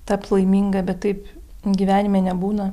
tapt laiminga bet taip gyvenime nebūna